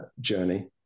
journey